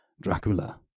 Dracula